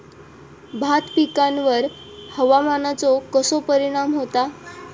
भात पिकांर हवामानाचो कसो परिणाम होता?